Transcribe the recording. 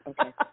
okay